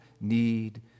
need